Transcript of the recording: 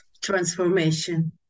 transformation